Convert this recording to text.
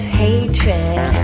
hatred